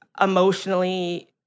emotionally